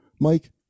Mike